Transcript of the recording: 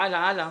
הלאה.